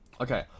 Okay